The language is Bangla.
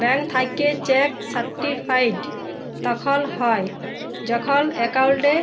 ব্যাংক থ্যাইকে চ্যাক সার্টিফাইড তখল হ্যয় যখল একাউল্টে